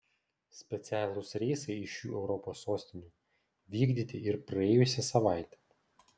specialūs reisai iš šių europos sostinių vykdyti ir praėjusią savaitę